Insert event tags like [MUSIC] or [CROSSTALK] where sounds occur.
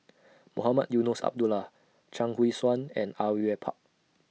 [NOISE] Mohamed Eunos Abdullah Chuang Hui Tsuan and Au Yue Pak